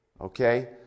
Okay